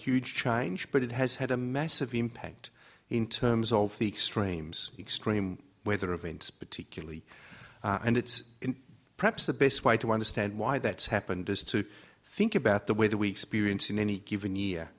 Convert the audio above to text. huge change but it has had a massive impact in terms of the extremes extreme weather events particularly and it's perhaps the best way to understand why that's happened is to think about the weather we experience in any given year